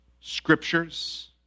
scriptures